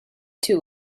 two